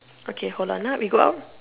okay hold on ah we go out